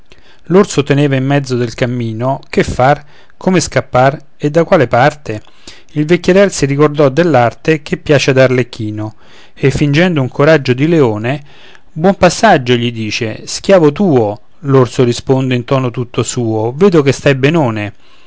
l'orso teneva in mezzo del cammino che far come scappar e da qual parte il vecchierel si ricordò dell'arte che piace ad arlecchino e fingendo un coraggio di leone buon passeggio gli dice schiavo tuo l'orso risponde in tono tutto suo vedo che stai benone